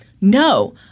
no